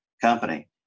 company